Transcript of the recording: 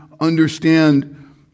Understand